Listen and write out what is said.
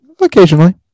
occasionally